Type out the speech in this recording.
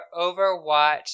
Overwatch